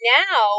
now